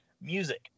music